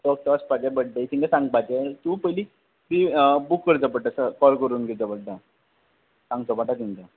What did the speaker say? so थंय वचपाचें बड्डेक तेंकां सांगपाचें तूं पयली फी बूक करचो पडटा सो कॉल करून वयचो पडटा सांगचो पडटा तेंकां